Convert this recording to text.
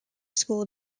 school